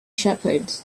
shepherd